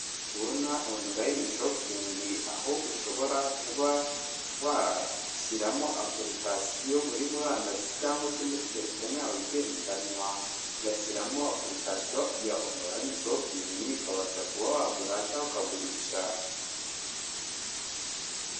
Kubona onurayini shopingi, aho ushobora kuba washyiramo apurikasiyo muri murandasi cyangwa se muri telefone yawe igendanwa, ugashyiramo apurikasiyo ya onurayini shopingi, ukabasha kuba wagura cyangwa ukagurisha.